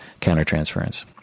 countertransference